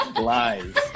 lies